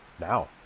now